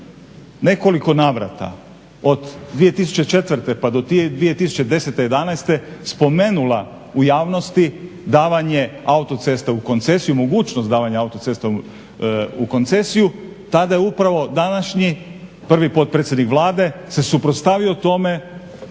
nekoliko navrata, od 2004. pa do 2010., 2011. spomenula u javnosti davanje autoceste u koncesiju, mogućnost davanja autoceste u koncesiju tada je upravo današnji prvi potpredsjednik Vlade se suprotstavio tome.